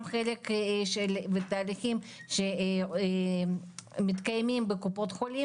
גם חלק ותהליכים שמתקיימים בקופות החולים